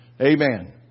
Amen